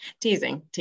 teasing